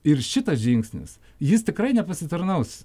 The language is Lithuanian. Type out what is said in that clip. ir šitas žingsnis jis tikrai nepasitarnaus